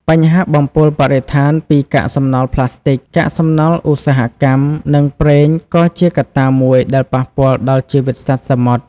បញ្ហាបំពុលបរិស្ថានពីកាកសំណល់ប្លាស្ទិក កាកសំណល់ឧស្សាហកម្ម និងប្រេងក៏ជាកត្តាមួយដែលប៉ះពាល់ដល់ជីវិតសត្វសមុទ្រ។